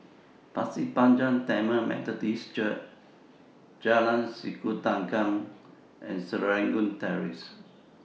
Pasir Panjang Tamil Methodist Church Jalan Sikudangan and Serangoon Terrace